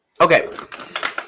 Okay